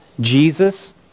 Jesus